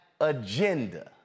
agenda